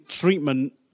treatment